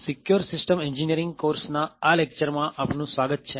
secure system engineering કોર્સના આ લેકચરમાં આપનું સ્વાગત છે